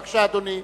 בבקשה, אדוני.